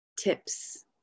tips